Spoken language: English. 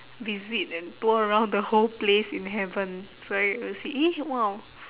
visit and tour around the whole place in heaven that's where you will see eh !wow!